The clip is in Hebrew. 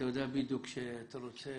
אתה יודע בדיוק שעד